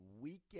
weekend